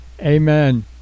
Amen